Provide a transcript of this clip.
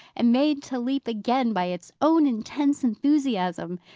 and made to leap again, by its own intense enthusiasm.